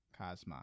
Cosma